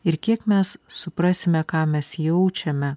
ir kiek mes suprasime ką mes jaučiame